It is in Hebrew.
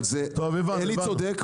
אלי צודק.